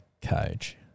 cage